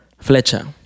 Flecha